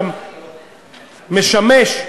גם משמש,